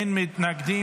אין מתנגדים.